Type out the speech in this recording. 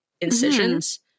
incisions